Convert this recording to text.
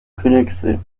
königssee